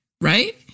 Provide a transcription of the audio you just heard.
right